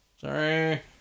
Sorry